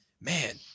man